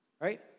right